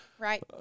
right